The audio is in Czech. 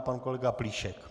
Pan kolega Plíšek.